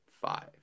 Five